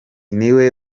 niwe